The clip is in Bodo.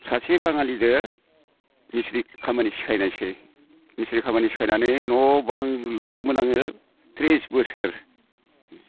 सासे बाङालिदो मिस्ट्रि खामानि सिखायनायसै मिस्ट्रि खामानि सिखायनानै न'आव न' बां लुदोंमोन आङो थ्रिस बोसोर